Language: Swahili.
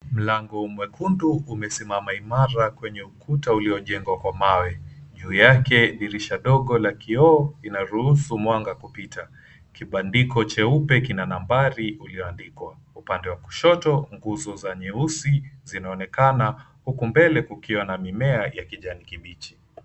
Mlango mwekundu imesimama imara kwenye ukuta uliojengwa kwa mawe. Juu yake dirisha dogo la kioo linaruhusu mwanga kupitia. Kibandiko cheupe kina nambari ulioandikwa. Upande wa kushoto kuna nguo za nyeusi zinaonekana huku mbele kukiwa na mimea ya kijani kibichi.